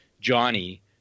Johnny